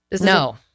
No